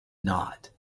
not